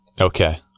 Okay